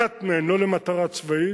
אחת מהן לא למטרה צבאית.